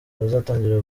bazatangira